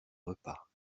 repas